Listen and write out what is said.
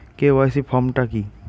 KYC form টা কি?